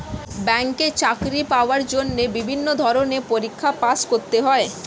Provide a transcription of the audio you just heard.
ব্যাংকে চাকরি পাওয়ার জন্য বিভিন্ন ধরনের পরীক্ষায় পাস করতে হয়